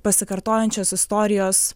pasikartojančios istorijos